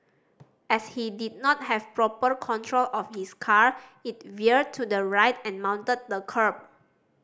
as he did not have proper control of his car it veered to the right and mounted the kerb